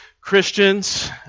Christians